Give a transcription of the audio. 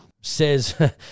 says